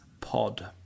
pod